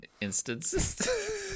instances